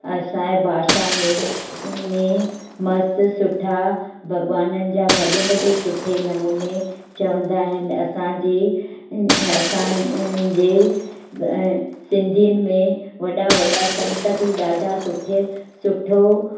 असांजे भाषा में में मस्तु सुठा भॻवाननि जा भॼन बि सुठे नमूने चवंदा आहिनि असांजे असां जे सिंधियुनि में वॾा वॾा संत बि ॾाढा सुठे सुठो